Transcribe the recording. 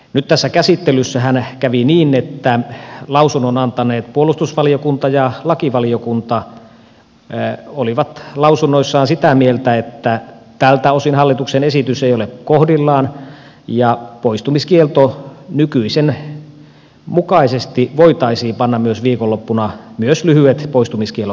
nyt tässä käsittelyssähän kävi niin että lausunnon antaneet puolustusvaliokunta ja lakivaliokunta olivat lausunnoissaan sitä mieltä että tältä osin hallituksen esitys ei ole kohdillaan ja poistumiskielto myös lyhyt poistumiskielto nykyisen mukaisesti voitaisiin panna myös viikonloppuna täytäntöön